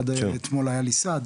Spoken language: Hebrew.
עד אתמול היה לי סד,